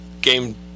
game